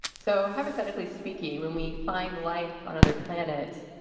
so hypothetically speaking when we find life on other planets,